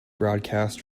broadcast